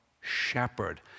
shepherd